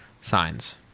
signs